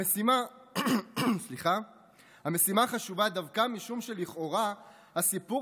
המשימה חשובה דווקא משום שלכאורה הסיפור